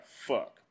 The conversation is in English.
fuck